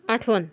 आठवण